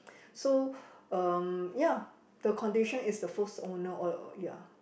so um ya the condition is the first owner o~ ya